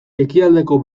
ekialdeko